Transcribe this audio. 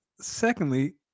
Secondly